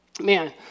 man